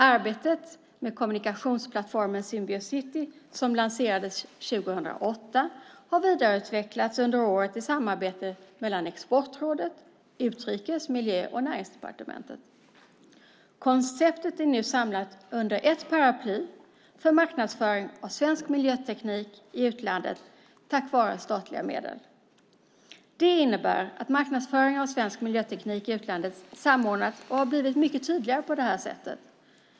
Arbetet med kommunikationsplattformen Symbiocity, som lanserades 2008, har under året vidareutvecklats i ett samarbete mellan Exportrådet samt Utrikes-, Miljö och Näringsdepartementen. Konceptet är nu samlat under ett paraply för marknadsföring av svensk miljöteknik i utlandet tack vare statliga medel. Det innebär att marknadsföringen av svensk miljöteknik i utlandet på det här sättet har samordnats och blivit mycket tydligare.